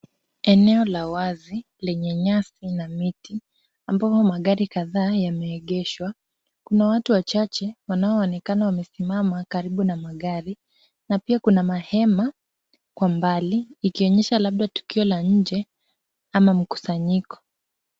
Eneo la wazi lenye nyasi na miti ambao magari kadhaa yameegeshwa. Kuna watu wachache wanaoonekana wamesimama karibu na magari na pia kuna mahema kwa mbali ikionyesha labda tukio la nje ama mkusanyiko.